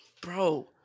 Bro